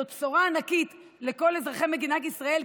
זאת בשורה ענקית לכל אזרחי מדינת ישראל,